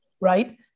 right